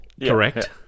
correct